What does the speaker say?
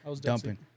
Dumping